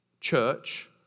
church